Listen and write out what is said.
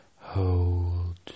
Hold